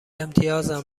امتیازم